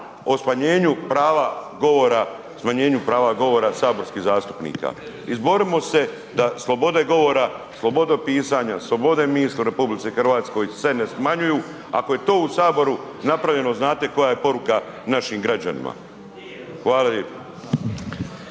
o smanjenju prava govora saborskih zastupnika. Izborimo se da slobode govore, slobode pisanja, slobode misli u RH se ne smanjuju, ako je to u Saboru napravljeno znate koja je poruka našim građanima. Hvala